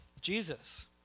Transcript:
Jesus